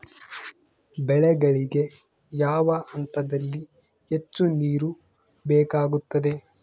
ಬೆಳೆಗಳಿಗೆ ಯಾವ ಹಂತದಲ್ಲಿ ಹೆಚ್ಚು ನೇರು ಬೇಕಾಗುತ್ತದೆ?